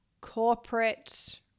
corporate